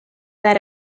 that